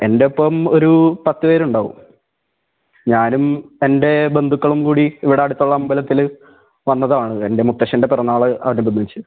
എൻറെ ഒപ്പം ഒരു പത്ത് പേരുണ്ടാവും ഞാനും എൻ്റെ ബന്ധുക്കളും കൂടി ഇവിടെ അടുത്തുള്ള അമ്പലത്തിൽ വന്നതാണ് എൻ്റെ മുത്തശ്ശൻ്റെ പിറന്നാൾ അനുബന്ധിച്ച്